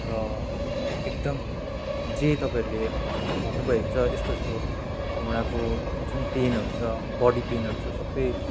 र एकदम जे तपाईँहरूले भन्नु भएको छ यस्तो यस्तो घोडाको जुन पेनहरू छ बडी पेनहरू छ सबै